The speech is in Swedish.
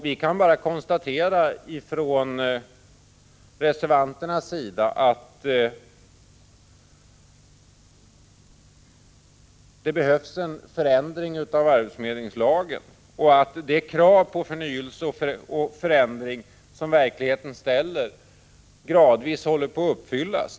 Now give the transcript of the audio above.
Vi reservanter kan bara konstatera att det behövs en förändring av arbetsförmedlingslagen och att det krav på förnyelse och förändring som verkligheten ställer gradvis håller på att uppfyllas.